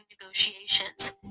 negotiations